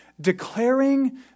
Declaring